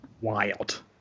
Wild